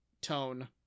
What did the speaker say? Tone